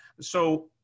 So-